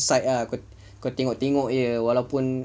site ah kau tengok-tengok aje walapun